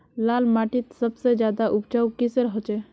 लाल माटित सबसे ज्यादा उपजाऊ किसेर होचए?